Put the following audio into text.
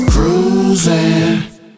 Cruising